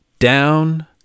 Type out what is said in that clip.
down